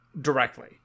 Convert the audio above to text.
directly